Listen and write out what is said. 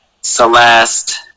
Celeste